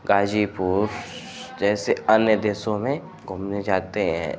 गाज़ीपुर जैसे अन्य देशों में घूमने जाते हैं